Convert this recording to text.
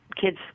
kids